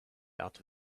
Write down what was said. out